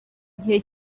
igihe